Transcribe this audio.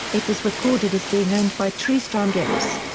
it was recorded as being owned by tristram gibbs.